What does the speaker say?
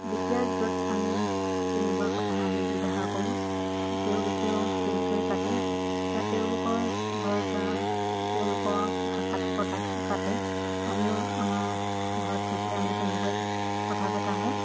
যেতিয়া য'ত আমি তেনেকুৱা কথা আমি ব্যৱহাৰ কৰোঁ তেওঁলোকেও তেনেকৈ পাতে বা তেওঁলোকৰ ঘৰত বা তেওঁলোকৰ ভাষাত পতাটো পাতে আমিও আমাৰ ঘৰত থাকিলে আমি তেনেকৈ কথা পতা হয়